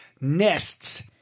nests